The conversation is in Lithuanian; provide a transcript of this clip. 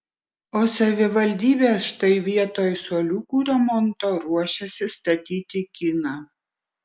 o savivaldybė štai vietoj suoliukų remonto ruošiasi statyti kiną